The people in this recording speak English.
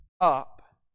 up